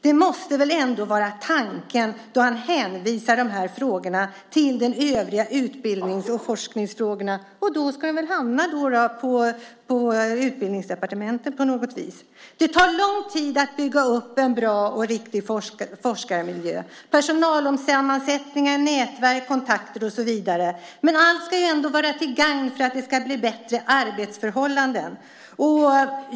Det måste ändå vara tanken när han hänvisar de frågorna till de övriga utbildnings och forskningsfrågorna. De hamnar väl på Utbildningsdepartementet. Det tar lång tid att bygga upp en bra och riktig forskarmiljö, personalsammansättning, nätverk, kontakter och så vidare. Men allt ska ändå vara till gagn för bättre arbetsförhållanden.